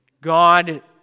God